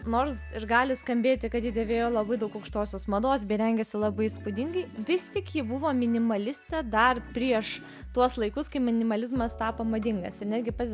nors gali skambėti kad ji dėvėjo labai daug aukštosios mados bei rengėsi labai įspūdingai vis tik ji buvo minimaliste dar prieš tuos laikus kai minimalizmas tapo madingas ir netgi pats